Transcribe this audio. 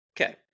Okay